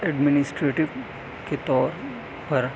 administrative کے طور پر